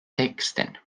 texten